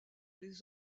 les